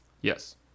yes